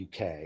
UK